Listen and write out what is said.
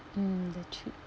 mm the trip